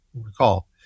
recall